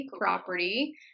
property